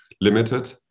limited